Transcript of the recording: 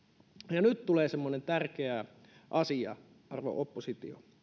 ja nyt tulee semmoinen tärkeä asia arvon oppositio